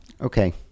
Okay